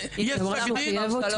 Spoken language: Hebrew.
היא אמרה שהוא חייב אותה.